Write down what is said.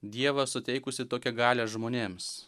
dievą suteikusį tokią galią žmonėms